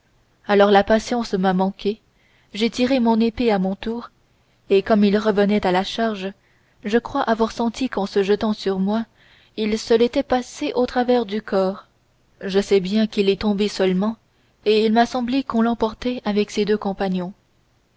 alors la patience m'a manqué j'ai tiré mon épée à mon tour et comme il revenait à la charge je crois avoir senti qu'en se jetant sur moi il se l'était passée au travers du corps je sais bien qu'il est tombé seulement et il m'a semblé qu'on l'emportait avec ses deux compagnons